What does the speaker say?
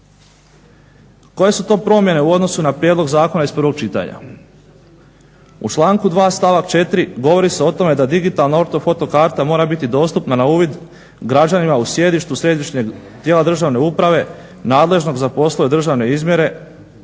Koje su to promjene u odnosu na prijedlog zakona iz prvog čitanja. U članku 2. stavak 4. govori se o tome da digitalna ortofoto karta mora biti dostupna na uvid građanima u sjedištu središnjeg tijela državne uprave nadležnog za poslove državne izmjere,